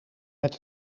met